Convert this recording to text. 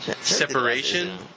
separation